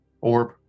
orb